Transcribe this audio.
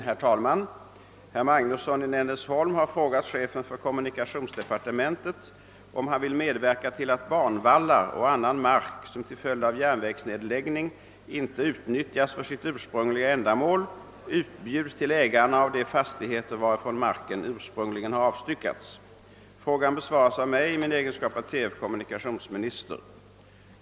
Herr talman! Herr Magnusson i Nennesholm har frågat chefen för kommunikationsdepartementet om han vill medverka till att banvallar och annan mark, som till följd av järnvägsnedläggning inte utnyttjas för sitt ursprungliga ändamål, utbjuds till ägarna av de fastigheter varifrån marken ursprungligen har avstyckats. Frågan besvaras av mig i min egenskap av t.f. kommunikationsminister.